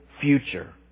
future